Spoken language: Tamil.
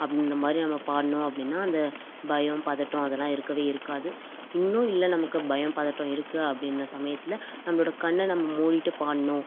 அப்படின்ற மாதிரி நம்ம பாடினோம் அப்படினா அந்த பயம் பதட்டம் அதெல்லாம் இருக்கவே இருக்காது இன்னும் இல்லை நமக்கு பயம் பதட்டம் இருக்குது அப்படின்ன சமயத்தில் நம்மளோட கண்ணை நம்ம மூடிட்டு பாடணும்